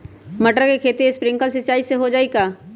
मटर के खेती स्प्रिंकलर सिंचाई से हो जाई का?